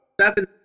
seven